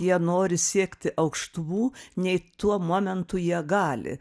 jie nori siekti aukštumų nei tuo momentu jie gali